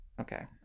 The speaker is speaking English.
Okay